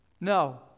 No